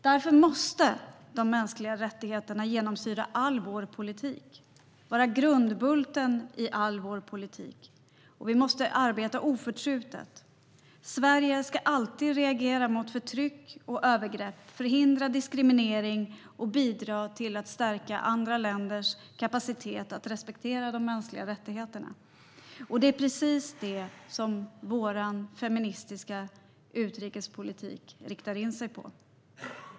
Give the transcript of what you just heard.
Därför måste de mänskliga rättigheterna genomsyra all vår politik, vara grundbulten i all vår politik. Vi måste arbeta oförtrutet. Sverige ska alltid reagera mot förtryck och övergrepp, förhindra diskriminering och bidra till att stärka andra länders kapacitet att respektera de mänskliga rättigheterna. Och det är precis det som vår feministiska utrikespolitik riktar in sig på.